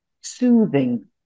soothing